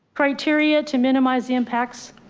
criteria to minimize the impacts